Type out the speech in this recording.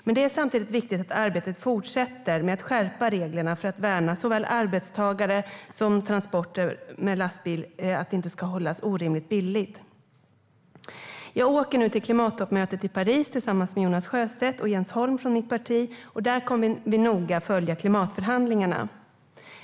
Men det är samtidigt viktigt att arbetet fortsätter med att skärpa reglerna för att värna arbetstagare och se till att transporter med lastbil inte sker orimligt billigt. Jag åker nu till klimattoppmötet i Paris tillsammans med Jonas Sjöstedt och Jens Holm från mitt parti. Där kommer vi noga att följa klimatförhandlingarna.